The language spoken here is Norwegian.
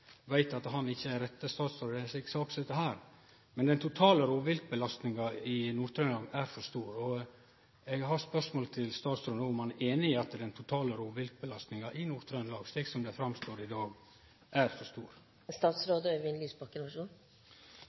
veit at han ikkje er den rette statsråden i ei sak som denne. Den totale rovviltbelastninga i Nord-Trøndelag er for stor. Eg spør statsråden om han er einig i at den totale rovviltbelastninga i Nord-Trøndelag, slik som ho framstår i dag, er for stor.